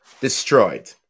destroyed